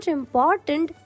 important